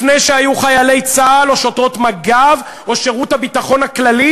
לפני שהיו חיילי צה"ל או שוטרות מג"ב או שירות הביטחון הכללי,